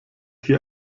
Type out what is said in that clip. hier